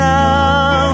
now